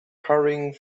hurrying